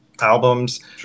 albums